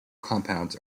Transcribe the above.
compounds